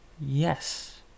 yes